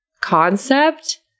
concept